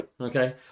Okay